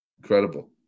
Incredible